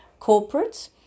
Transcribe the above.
corporates